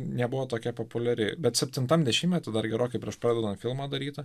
nebuvo tokia populiari bet septintam dešimtmety dar gerokai prieš pradedant filmą daryti